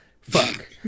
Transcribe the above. Fuck